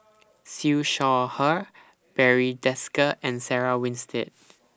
Siew Shaw Her Barry Desker and Sarah Winstedt